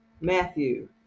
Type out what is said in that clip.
matthew